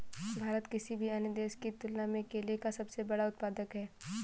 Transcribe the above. भारत किसी भी अन्य देश की तुलना में केले का सबसे बड़ा उत्पादक है